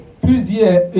Plusieurs